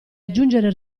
aggiungere